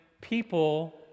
people